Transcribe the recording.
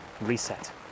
reset